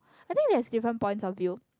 I think there is different points of view